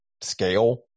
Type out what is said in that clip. scale